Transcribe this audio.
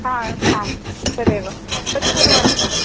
आ आम् तदेव तत् कुर्वन्तु